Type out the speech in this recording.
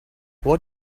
what